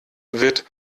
wird